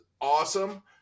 awesome